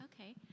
Okay